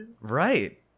Right